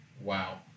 Wow